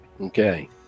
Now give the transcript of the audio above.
Okay